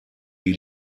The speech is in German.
die